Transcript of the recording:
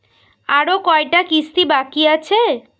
আরো কয়টা কিস্তি বাকি আছে?